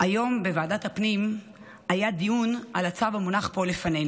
היום בוועדת הפנים היה דיון על הצו המונח פה לפנינו.